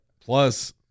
Plus